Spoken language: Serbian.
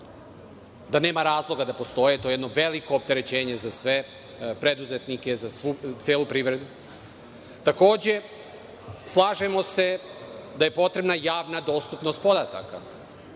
da nema razloga da postoje. To je jedno veliko opterećenje za sve preduzetnike, za celu privredu. Takođe, slažemo se da je potrebna i javna dostupnost podataka.